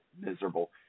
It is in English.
miserable